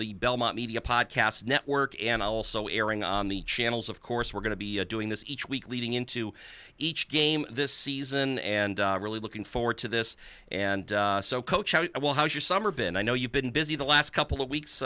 the belmont media podcast network and also airing on the channels of course we're going to be doing this each week leading into each game this season and really looking forward to this and so i will how's your summer been i know you've been busy the last couple of weeks